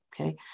Okay